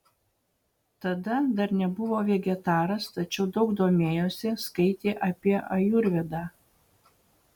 tada dar nebuvo vegetaras tačiau daug domėjosi skaitė apie ajurvedą